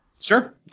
Sure